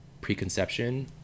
preconception